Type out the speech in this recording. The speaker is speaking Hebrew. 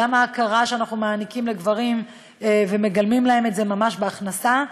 גם ההכרה שאנחנו מעניקים לגברים ומגלמים להם את זה ממש בהכנסה,